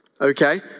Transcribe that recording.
okay